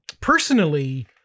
personally